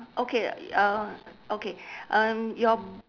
okay uh okay um your